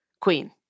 queen